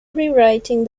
rewriting